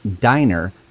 diner